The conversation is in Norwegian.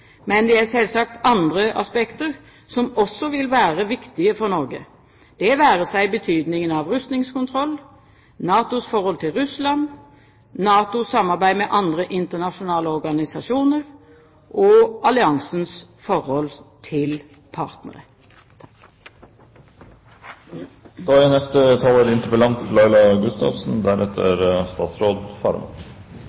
men det er selvsagt andre aspekter som også vil være viktige for Norge, det være seg betydningen av rustningskontroll, NATOs forhold til Russland, NATOs samarbeid med andre internasjonale organisasjoner og alliansens forhold til partnere.